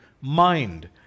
mind